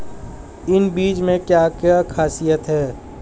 इन बीज में क्या क्या ख़ासियत है?